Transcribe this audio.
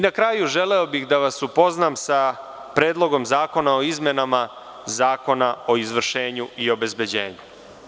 Na kraju, želeo bih da vas upoznam sa Predlog zakona o izmenama Zakona o izvršenju i obezbeđenju.